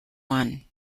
one